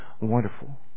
wonderful